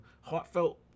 heartfelt